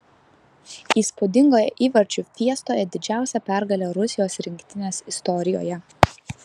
įspūdingoje įvarčių fiestoje didžiausia pergalė rusijos rinktinės istorijoje